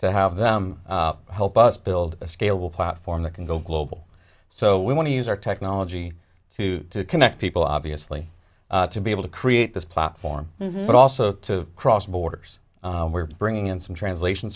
to have them help us build a scalable platform that can go global so we want to use our technology to connect people obviously to be able to create this platform but also to cross borders where bringing in some translation